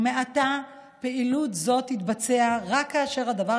ומעתה פעילות זו תתבצע רק כאשר הדבר